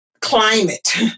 climate